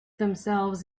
themselves